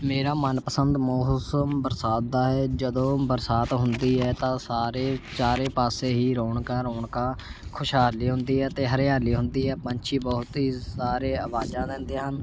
ਮੇਰਾ ਮਨਪਸੰਦ ਮੌਸਮ ਬਰਸਾਤ ਦਾ ਹੈ ਜਦੋਂ ਬਰਸਾਤ ਹੁੰਦੀ ਹੈ ਤਾਂ ਸਾਰੇ ਚਾਰੇ ਪਾਸੇ ਹੀ ਰੋਣਕਾਂ ਰੋਣਕਾਂ ਖੁਸ਼ਹਾਲੀ ਹੁੰਦੀ ਹੈ ਅਤੇ ਹਰਿਆਲੀ ਹੁੰਦੀ ਹੈ ਪੰਛੀ ਬਹੁਤ ਹੀ ਸਾਰੇ ਅਵਾਜ਼ਾਂ ਦਿੰਦੇ ਹਨ